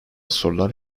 sorular